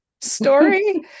story